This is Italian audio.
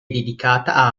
dedicata